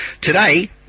Today